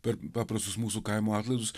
per paprastus mūsų kaimo atlaidus